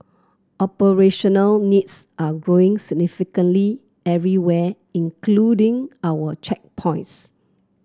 operational needs are growing significantly everywhere including our checkpoints